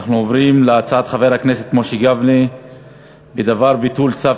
אנחנו עוברים להצעת חבר הכנסת משה גפני בדבר ביטול צו